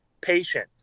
patient